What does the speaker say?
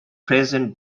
present